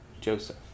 Joseph